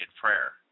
prayer